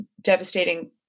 devastating